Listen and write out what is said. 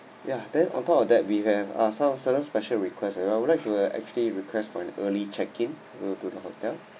ya then on top of that we have uh some certain special request we would like to actually request for an early check-in to to the hotel